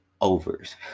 overs